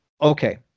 okay